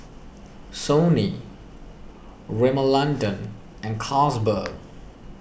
Sony Rimmel London and Carlsberg